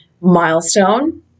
milestone